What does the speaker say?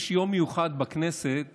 יש יום מיוחד בכנסת